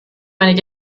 meine